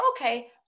okay